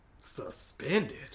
Suspended